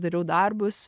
dariau darbus